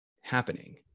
happening